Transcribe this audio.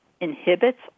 inhibits